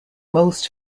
most